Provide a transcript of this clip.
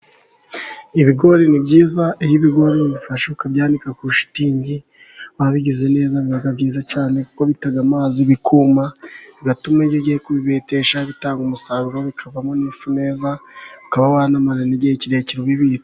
Ibigori ni byiza iyo ibigori ubifashe ukabyandika kurishitingi wabigize neza biba byiza cyane, kuko bita amazi bikuma bigatuma iyo ugiye kubibetesha bitanga umusaruro, bikavamo n'ifu neza ukaba wanabimarana igihe kirekire ubibitse.